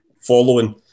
following